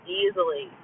easily